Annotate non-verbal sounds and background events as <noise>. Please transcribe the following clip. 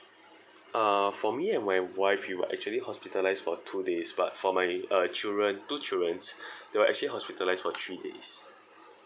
uh for me and my wife we were actually hospitalised for two days but for my uh children two children <breath> they were actually hospitalised for three days